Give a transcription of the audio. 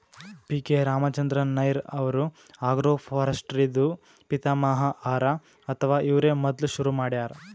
P K Ramachandran Nair ಅವ್ರು agroforestry ದೂ ಪಿತಾಮಹ ಹರಾ ಅಥವಾ ಇವ್ರೇ ಮೊದ್ಲ್ ಶುರು ಮಾಡ್ಯಾರ್